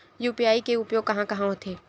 UPI के उपयोग कहां कहा होथे?